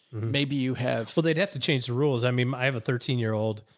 maybe you have full they'd have to change the rules. i mean, i have a thirteen year old.